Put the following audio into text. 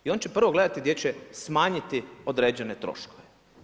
I on će prvo gledati gdje će smanjiti određene troškove.